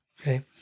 Okay